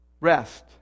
rest